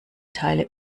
teile